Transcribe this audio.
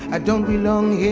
i don't belong here.